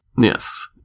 Yes